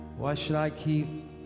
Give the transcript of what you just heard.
why should i keep